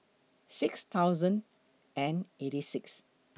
six thousand and eighty six